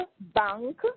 bank